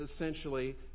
essentially